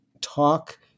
talk